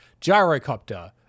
Gyrocopter